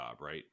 right